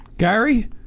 Gary